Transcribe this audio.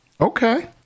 Okay